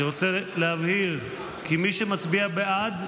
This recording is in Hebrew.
אני רוצה להבהיר כי מי שמצביע בעד,